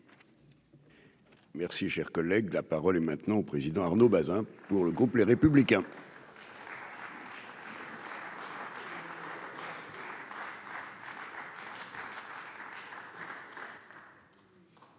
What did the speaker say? Merci, cher collègue, la parole est maintenant au président Arnaud Bazin pour le groupe Les Républicains.